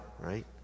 right